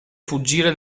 fuggire